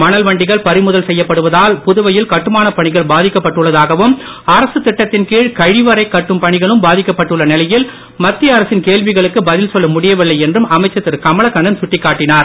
மணல் வண்டிகள் பறிமுதல் செய்யப்படுவதால் புதுவையில் கட்டுமானப் பணிகள் பாதிக்கப்பட்டுள்ளதாகவும் அரசுத் திட்டத்தின் கீழ் கழிவறை கட்டும் பணிகளும் பாதிக்கப்பட்டுள்ள நிலையில் மத்திய அரசின் கேள்விகளுக்கு பதில் சொல்ல முடியவில்லை என்றும் அமைச்சர் திருகமலக்கண்ணன் சுட்டிக்காட்டினார்